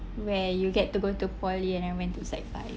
when you get to go to poly and I went to sec five